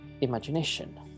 imagination